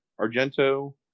Argento